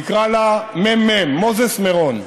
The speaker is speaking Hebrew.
נקרא לה מ"מ, מוזס מירון,